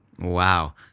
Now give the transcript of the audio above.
Wow